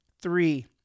three